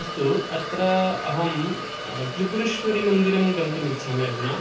अस्तु अत्र अहं त्रिपुरेश्वरीमन्दिरं गन्तुम् इच्छामि अधुना